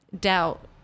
doubt